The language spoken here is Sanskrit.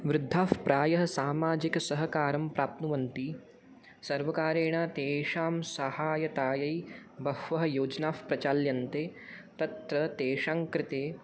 वृद्धाः प्रायः सामाजिकसहकारं प्राप्नुवन्ति सर्वकारेण तेषां सहायतायैः बह्व्यः योजनाः प्रचाल्यन्ते तत्र तेषाङ्कृते